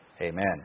Amen